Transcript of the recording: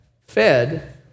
fed